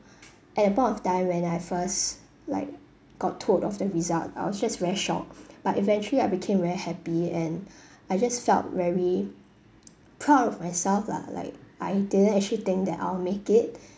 at that point of time when I first like got told of the result I was just very shocked but eventually I became very happy and I just felt very proud of myself lah like I didn't actually think that I'll make it